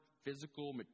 physical